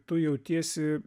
tu jautiesi